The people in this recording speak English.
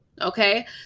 Okay